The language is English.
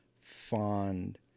fond